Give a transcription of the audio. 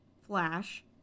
Flash